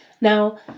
Now